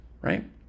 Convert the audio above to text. right